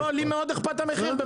לי מאוד אכפת המחיר,